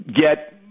get